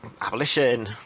abolition